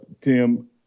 Tim